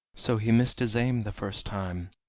so he missed his aim the first time.